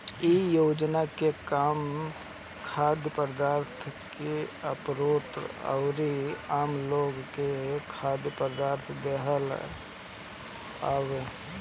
इ योजना के काम खाद्य पदार्थ के आपूर्ति अउरी आमलोग के खाद्य पदार्थ देहल हवे